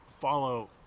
follow